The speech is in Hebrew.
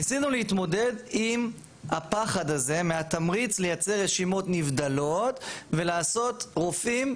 ניסינו להתמודד עם הפחד הזה מהתמריץ לייצר רשימות נבדלות ולעשות רופאים,